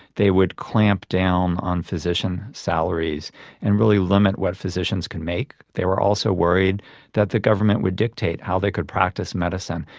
they would clamp down on physicians salaries and really limit what physicians could make. they were also worried that the government would dictate how they could practise medicine,